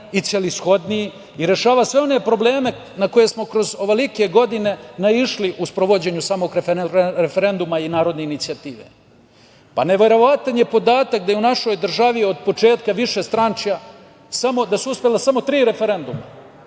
i celishodniji i rešava sve one probleme na koje smo kroz ovolike godine naišli u sprovođenju samog referenduma i narodne inicijative. Neverovatan je podatak da su u našoj državi od početka višestranačja uspela samo tri referenduma